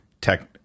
tech